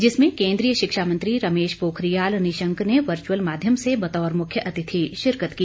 जिसमें केंद्रीय शिक्षा मंत्री रमेश पोखरियाल निशंक ने वर्च्अल माध्यम से बतौर मुख्यअतिथि शिकरत की